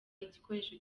igikoresho